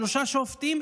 שלושה שופטים,